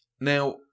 Now